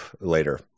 later